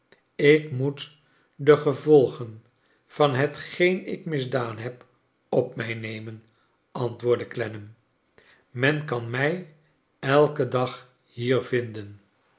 ik moet de gevolgen van hetgeen ik misdaan heb op mij nemen antwoordde clennam men kan mij elken dag hier vinden